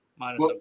Minus